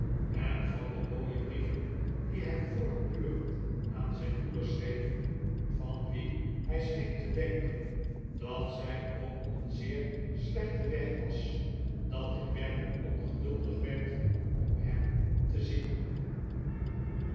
en van de mooie brieven die hij voortdurend aan zijn moeder schreef van wie hij scheen te denken dat zij op een zeer slechten weg was dat ik werkelijk ongeduldig werd om hem te zien